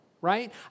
right